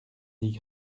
dix